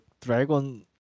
Dragon